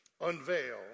unveil